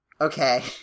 okay